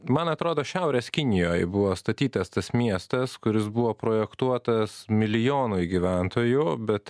man atrodo šiaurės kinijoj buvo statytas tas miestas kuris buvo projektuotas milijonui gyventojų bet